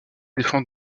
défend